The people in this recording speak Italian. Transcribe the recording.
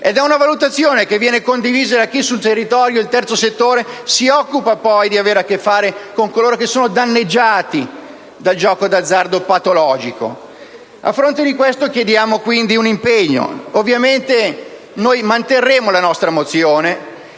è una valutazione che viene condivisa da chi, sul territorio, (il terzo settore) ha poi a che fare con coloro che sono danneggiati dal gioco d'azzardo patologico. A fronte di questo chiediamo quindi un impegno. Ovviamente noi manterremo la nostra mozione.